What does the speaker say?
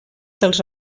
dels